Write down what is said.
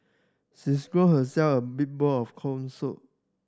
she scooped herself a big bowl of corn soup